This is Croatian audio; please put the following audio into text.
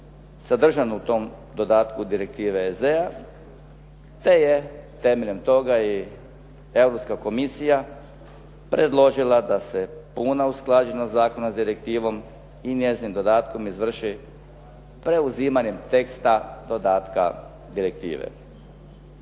sadržano u tom dodatku direktive EZ-a, te je temeljem toga i Europska komisija predložila da se puna usklađenost zakona s direktivom i njezinim dodatkom izvrši preuzimanjem teksta dodatka direktive.